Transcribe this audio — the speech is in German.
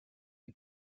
die